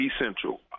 essential